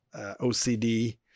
OCD